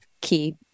key